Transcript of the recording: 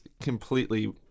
completely